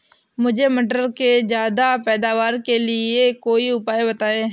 मुझे मटर के ज्यादा पैदावार के लिए कोई उपाय बताए?